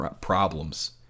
problems